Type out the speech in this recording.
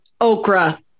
Okra